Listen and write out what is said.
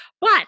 but-